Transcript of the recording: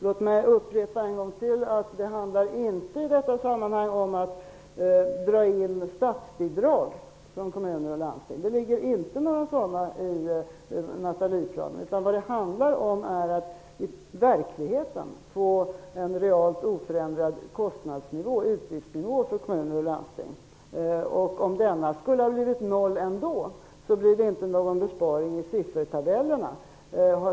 Låt mig upprepa en gång till att det i detta sammanhang inte handlar om att dra in statsbidrag från kommuner och landsting. Det finns inte med något sådant i Nathalieplanen. Vad det handlar om är i stället att i verkligheten få en realt oförändrad utgiftsnivå för kommuner och landsting. Om denna skulle ha blivit noll ändå blir det inte någon besparing i siffertabellerna.